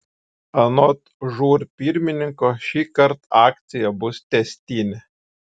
anot žūr pirmininko šįkart akcija bus tęstinė